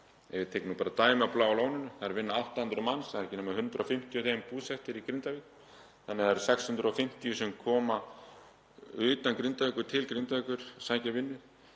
Ef ég tek bara dæmi af Bláa lóninu, þar vinna 800 manns, það eru ekki nema 150 af þeim búsettir í Grindavík. Það eru 650 sem koma utan Grindavíkur til Grindavíkur og sækja vinnu.